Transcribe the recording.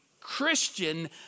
Christian